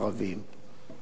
מה מציע אדוני השר?